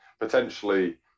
Potentially